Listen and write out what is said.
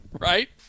right